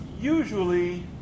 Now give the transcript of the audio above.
usually